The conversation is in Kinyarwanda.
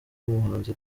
umuhanzi